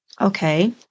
okay